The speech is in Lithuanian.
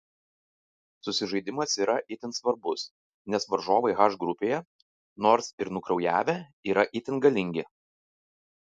susižaidimas yra itin svarbus nes varžovai h grupėje nors ir nukraujavę yra itin galingi